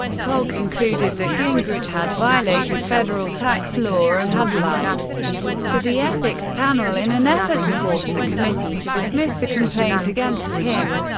cole concluded that gingrich had violated federal tax law and had lied to the ethics panel in an effort to force the committee to dismiss the complaint against him.